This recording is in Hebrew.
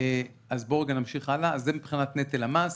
עכשיו בואו נמשיך הלאה אז זה מבחינת נטל המס,